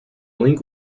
link